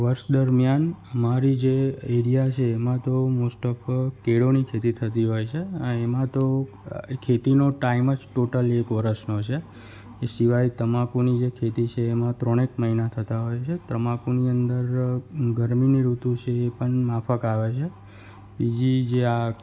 વર્ષ દરમિયાન અમારી જે એરિયા છે એમાં તો મોસ્ટ ઓફ કેળાંની ખેતી થતી હોય છે આ એમાં તો એ ખેતીનો ટાઈમ જ ટોટલી એક વરસનો છે એ સિવાય તમાકુની જે ખેતી છે એમાં ત્રણેક મહિના થતાં હોય છે તમાકુની અંદર ગરમીની ઋતુ છે એ પણ માફક આવે છે જી જે આ